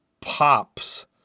pops